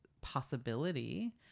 possibility